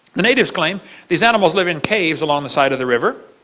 the natives claim these animals live in caves along the side of the river.